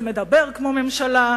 זה מדבר כמו ממשלה,